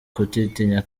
kutitinya